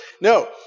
No